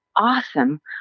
awesome